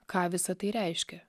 ką visa tai reiškia